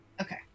Okay